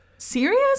Serious